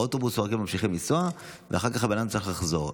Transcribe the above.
האוטובוס ממשיך לנסוע ואחר כך הבן אדם צריך לחזור.